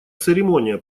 церемония